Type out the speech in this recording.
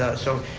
ah so,